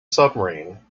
submarine